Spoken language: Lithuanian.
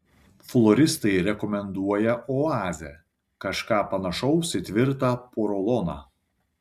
floristai rekomenduoja oazę kažką panašaus į tvirtą poroloną